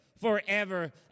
forever